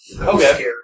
Okay